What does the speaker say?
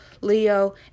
Leo